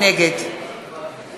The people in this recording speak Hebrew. נגד